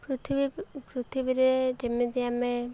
ପୃଥିବୀ ପୃଥିବୀରେ ଯେମିତି ଆମେ